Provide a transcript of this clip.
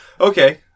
Okay